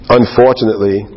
unfortunately